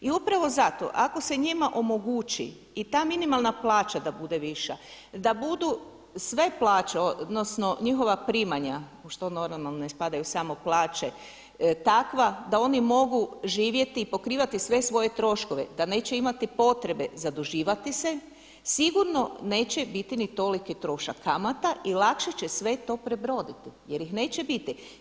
I upravo zato, ako se njima omogući i ta minimalna plaća da bude viša, da budu sve plaće odnosno njihova primanja u što normalno ne spadaju samo plaće takva da oni mogu živjeti i pokrivati sve svoje troškove, da neće imati potrebe zaduživati sigurno neće biti ni toliki trošak kamata i lakše će sve to prebroditi jer ih neće biti.